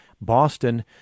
Boston